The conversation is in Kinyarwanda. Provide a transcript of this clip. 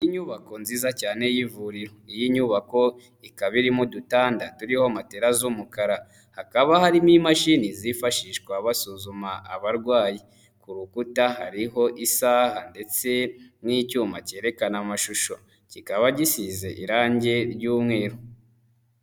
Inyubako nziza cyane y'ivuriro. Iyi nyubako ikaba irimo udutanda turiho matela z'umukara. Hakaba harimo imashini zifashishwa basuzuma abarwayi. Ku rukuta hariho isaha ndetse n'icyuma cyerekana amashusho. Kikaba gisize irangi ry'umweru.